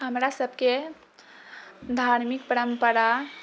हमरासभके धार्मिक परम्परा